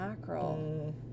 mackerel